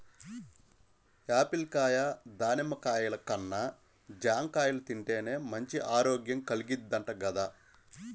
Apple కాయ, దానిమ్మ కాయల కన్నా జాంకాయలు తింటేనే మంచి ఆరోగ్యం కల్గిద్దంట గదా